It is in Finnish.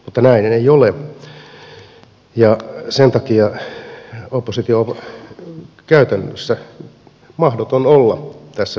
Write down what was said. mutta näin ei ole ja sen takia opposition on käytännössä mahdoton olla tässä työssä mukana